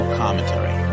commentary